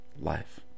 life